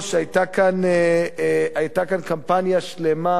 היתה כאן "קמפניה" שלמה,